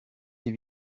les